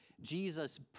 Jesus